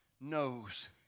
knows